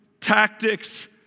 tactics